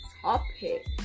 topic